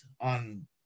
on